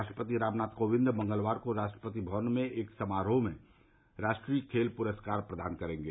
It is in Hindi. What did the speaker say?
राष्ट्रपति रामनाथ कोविंद मंगलवार को राष्ट्रपति भवन में एक समारोह में राष्ट्रीय खेल पुरस्कार प्रदान करेंगे